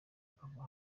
akava